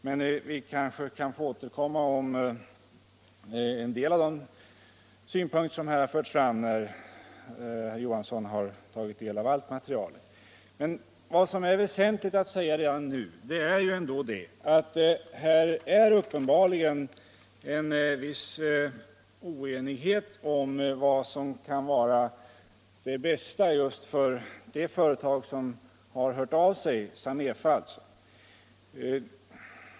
Men vi kanske kan få återkomma till en del av de synpunkter som framförts sedan herr Johansson har fått ta del av materialet i dess helhet. Vad som är väsentligt att säga redan nu är att det uppenbarligen föreligger en viss oenighet om vad som kan vara det bästa för Samefa.